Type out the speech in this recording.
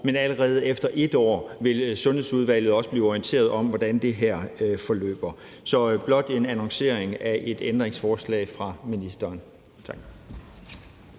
Men allerede efter 1 år vil Sundhedsudvalget også blive orienteret om, hvordan det her forløber. Så det er blot en annoncering af et ændringsforslag fra ministeren.